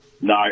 No